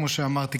כמו שאמרתי,